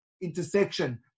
intersection